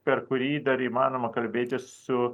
per kurį dar įmanoma kalbėtis su